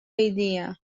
idea